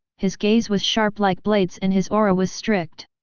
his gaze was sharp like blades and his aura was strict.